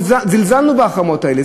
זלזלנו בהחרמות האלה,